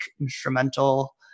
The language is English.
instrumental